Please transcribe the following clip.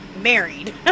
married